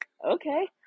Okay